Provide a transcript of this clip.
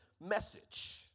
message